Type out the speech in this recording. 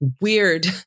weird